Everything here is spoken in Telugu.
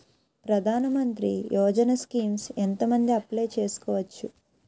ప్రధాన మంత్రి యోజన స్కీమ్స్ ఎంత మంది అప్లయ్ చేసుకోవచ్చు?